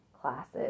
classes